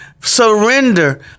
surrender